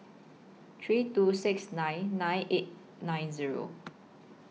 three two six nine nine eight nine Zero